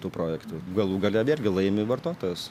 tų projektų galų gale vėlgi laimi vartotojas